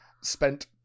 spent